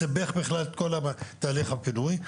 סיבך בכלל את כל תהליך הפינוי.